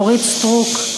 אורית סטרוק,